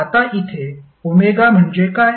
आता इथे ω म्हणजे काय